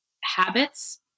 habits